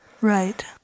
Right